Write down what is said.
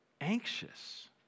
anxious